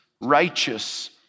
righteous